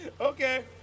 Okay